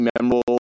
memorable